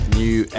new